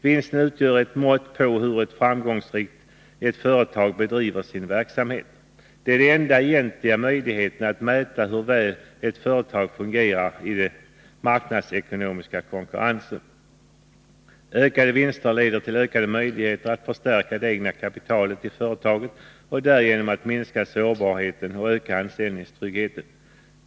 Vinsten utgör ett mått på hur framgångsrikt ett företag bedriver sin verksamhet. Det är den enda egentliga möjligheten att mäta hur väl ett företag fungerar i den marknadsekonomiska konkurrensen. Ökade vinster leder till ökade möjligheter att förstärka det egna kapitalet i företaget och därigenom minska sårbarheten och öka anställningstryggheten.